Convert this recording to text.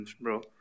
bro